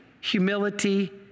humility